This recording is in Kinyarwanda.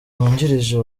wungirije